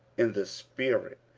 in the spirit,